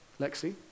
Lexi